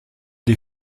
des